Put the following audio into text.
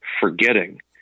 forgetting